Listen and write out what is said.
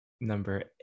number